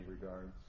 regards